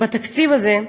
בתקציב הזה,